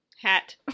hat